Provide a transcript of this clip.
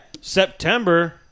September